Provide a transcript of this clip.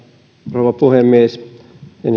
rouva puhemies